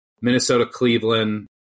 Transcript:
Minnesota-Cleveland